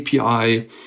API